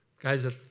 Guys